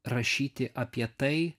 rašyti apie tai